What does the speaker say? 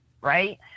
right